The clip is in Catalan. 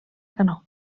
canó